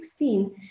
2016